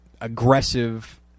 aggressive